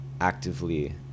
actively